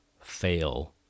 fail